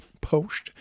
post